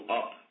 up